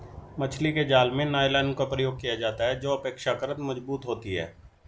मछली के जाल में नायलॉन का प्रयोग किया जाता है जो अपेक्षाकृत मजबूत होती है